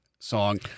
Song